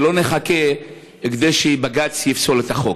ולא נחכה שבג"ץ יפסול את החוק.